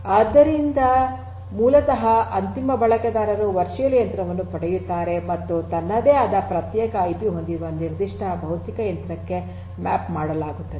ಆದ್ದರಿಂದ ಮೂಲತಃ ಅಂತಿಮ ಬಳಕೆದಾರರು ವರ್ಚುವಲ್ ಯಂತ್ರವನ್ನು ಪಡೆಯುತ್ತಾರೆ ಮತ್ತು ತನ್ನದೇ ಆದ ಪ್ರತ್ಯೇಕ ಐಪಿ ಹೊಂದಿರುವ ನಿರ್ದಿಷ್ಟ ಭೌತಿಕ ಯಂತ್ರಕ್ಕೆ ಮ್ಯಾಪ್ ಮಾಡಲಾಗುತ್ತದೆ